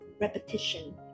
repetition